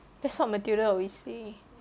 that's what matilda always say